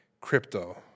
crypto